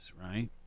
right